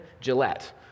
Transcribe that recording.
Gillette